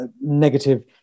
negative